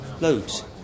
Loads